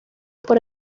por